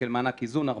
להגיד להם: חברים,